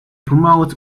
promote